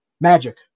Magic